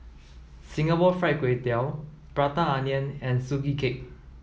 Singapore Fried Kway Tiao Prata Onion and Sugee Cake